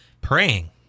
praying